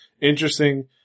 Interesting